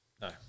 No